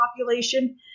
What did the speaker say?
population